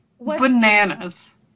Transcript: bananas